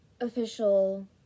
official